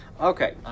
Okay